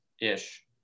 ish